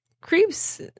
creeps